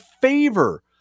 favor